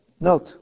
Note